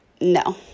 No